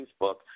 Facebook